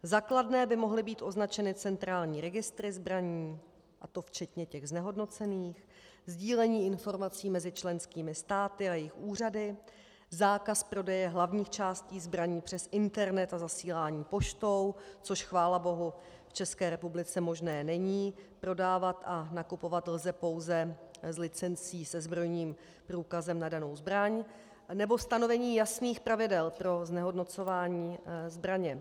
Za kladné by mohly být označeny centrální registry zbraní, a to včetně těch znehodnocených, sdílení informací mezi členskými státy a jejich úřady, zákaz prodeje hlavních částí zbraní přes internet a zasílání poštou což chválabohu v České republice možné není, prodávat a nakupovat lze pouze s licencí se zbrojním průkazem na danou zbraň , nebo stanovení jasných pravidel pro znehodnocování zbraně.